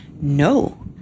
No